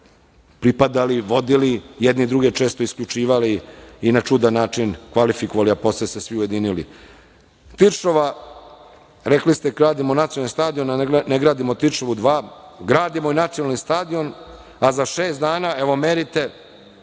pripadali, vodili, jedni druge često isključivali i na čudan način kvalifikovali, a posle se svi ujedinili. Tiršova, rekli ste gradimo Nacionalni stadion, a ne gradimo Tiršovu 2, gradimo i Nacionalni stadion, a za šest dana, evo merite,